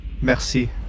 Merci